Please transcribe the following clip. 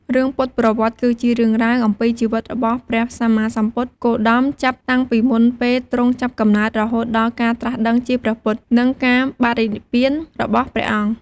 រឿងពុទ្ធប្រវត្តិ គឺជា រឿងរ៉ាវអំពីជីវិតរបស់ព្រះសម្មាសម្ពុទ្ធគោតម ចាប់តាំងពីមុនពេលទ្រង់ចាប់កំណើត រហូតដល់ការត្រាស់ដឹងជាព្រះពុទ្ធ និងការបរិនិព្វានរបស់ព្រះអង្គ។